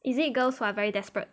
is it girls who are very desperate